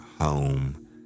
home